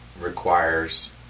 requires